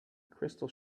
crystal